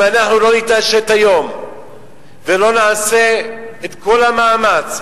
אם אנחנו לא נתעשת היום ולא נעשה את כל המאמץ,